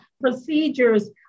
procedures